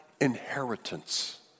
inheritance